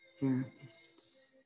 therapists